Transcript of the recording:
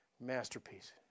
masterpiece